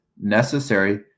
necessary